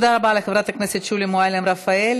תודה רבה לחברת הכנסת שולי מועלם-רפאלי.